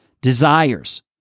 desires